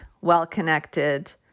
well-connected